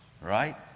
right